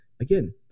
again